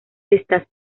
estás